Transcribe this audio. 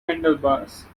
handlebars